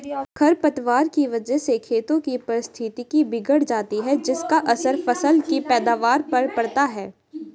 खरपतवार की वजह से खेतों की पारिस्थितिकी बिगड़ जाती है जिसका असर फसल की पैदावार पर पड़ता है